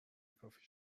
کافی